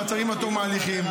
מעצרים עד תום ההליכים,